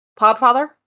Podfather